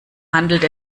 handelt